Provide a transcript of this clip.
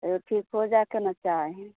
तैयो ठीक हो जाय के ने चाही